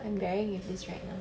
I'm bearing with this right now